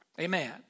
Amen